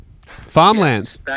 Farmlands